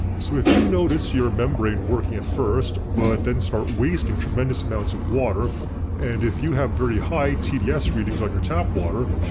so if you notice your membrane working at first, but then start wasting tremendous amounts of water and if you have very high tds readings on your tap water.